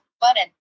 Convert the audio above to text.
button